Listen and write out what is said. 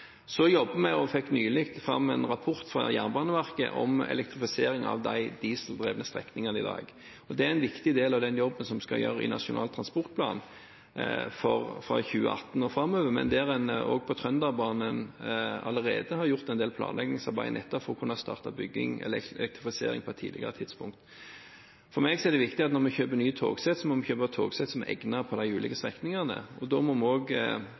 fikk nylig en rapport fra Jernbaneverket om elektrifisering av de dieseldrevne strekningene som er i dag, og det er en viktig del av den jobben som vi skal gjøre i Nasjonal transportplan for 2018 og framover. På Trønderbanen er det allerede gjort en del planleggingsarbeid nettopp for å kunne starte elektrifisering på et tidligere tidspunkt. For meg er det viktig at når vi kjøper nye togsett, må vi kjøpe togsett som er egnet på de ulike strekningene, og da er det også, med tanke på hvor mye raskere vi